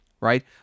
right